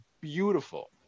beautiful